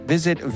Visit